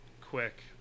quick